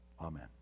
Amen